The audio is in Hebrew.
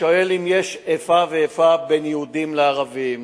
שואל אם יש איפה ואיפה בין יהודים לערבים.